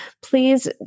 please